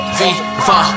Viva